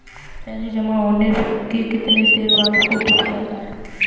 पैसा जमा होने के कितनी देर बाद ओ.टी.पी आता है?